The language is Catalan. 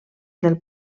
del